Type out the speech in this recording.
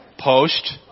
post